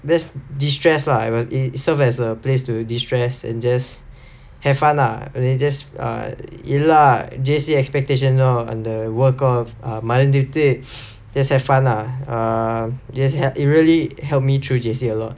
just destress lah it serves as a place to destress and just have fun lah just err எல்லா:ellaa J_C expectation all அந்த:antha work of மறந்துட்டு:maranthuttu just have fun lah err yes it helped it really helped me through J_C a lot